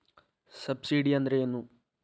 Subsidy ಅಂದ್ರೆ ಏನು?